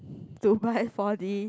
to buy four D